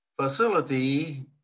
facility